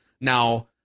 Now